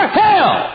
hell